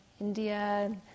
India